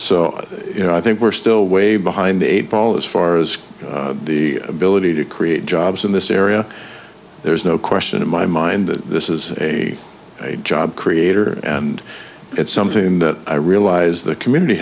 so you know i think we're still way behind the eight ball as far as the ability to create jobs in this area there's no question in my mind that this is a job creator and it's something that i realize the community